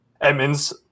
Edmonds